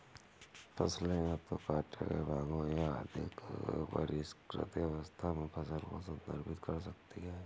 फसलें या तो काटे गए भागों या अधिक परिष्कृत अवस्था में फसल को संदर्भित कर सकती हैं